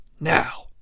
now